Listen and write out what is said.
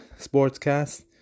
sportscast